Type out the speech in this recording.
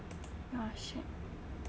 oh shit